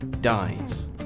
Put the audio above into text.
dies